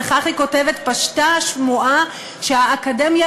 וכך היא כותבת: פשטה השמועה שהאקדמיה